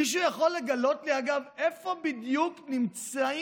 מישהו יכול לגלות לי, אגב, איפה בדיוק נמצאים